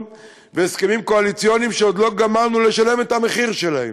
בהסכמים קואליציוניים שעוד לא גמרנו לשלם את המחיר שלהם,